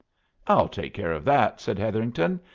i'll take care of that, said hetherington,